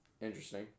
Interesting